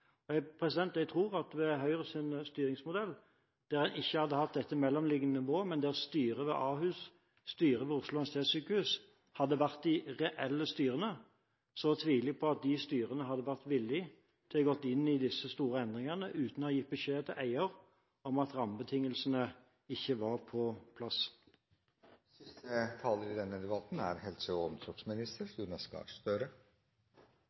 ikke. Jeg mener at dagens organisering, med regionale helseforetak der en hadde ansatte direktører sittende i styrene, undergravde styrenes mulighet til å være de reelt styrende i virksomheten. Med Høyres styringsmodell – der en ikke hadde hatt dette mellomliggende nivået, men der styrene ved Ahus og Oslo universitetssykehus hadde vært de reelt styrende – tviler jeg på at styrene hadde vært villig til å gå inn i disse store endringene uten å ha gitt beskjed til eier om at rammebetingelsene ikke var på